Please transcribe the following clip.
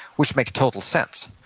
which makes total sense.